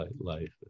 life